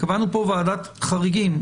קבענו פה ועדת חריגים.